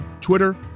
Twitter